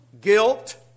Guilt